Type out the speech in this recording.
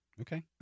Okay